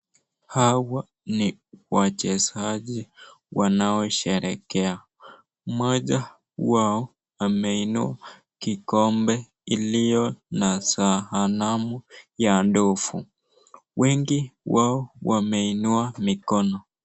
Hawa ni wachezaji wanaosherekea, moja wao ameinuwa kikombe, iliyo na sahanamu ya ndovu wengi wao wemeinuwa mikono.